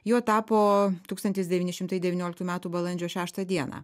juo tapo tūkstantis devyni šimtai devynioliktų metų balandžio šeštą dieną